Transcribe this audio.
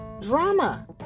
drama